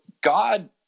God